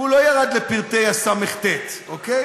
הוא לא ירד לפרטי הס"ט, אוקיי?